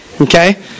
Okay